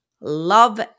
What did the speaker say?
love